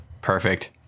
Perfect